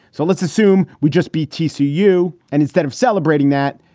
so let's assume we just btc you and instead of celebrating that.